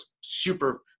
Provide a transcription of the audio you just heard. super